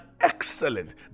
excellent